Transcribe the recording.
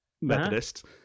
Methodist